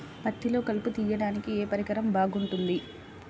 పత్తిలో కలుపు తీయడానికి ఏ పరికరం బాగుంటుంది?